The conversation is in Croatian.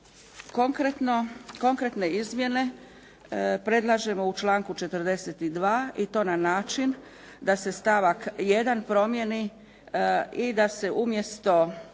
konkretne izmjene predlažemo u članku 42. i to na način da se stavak 1. promijeni i da se umjesto